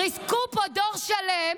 ריסקו פה דור שלם.